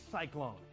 Cyclone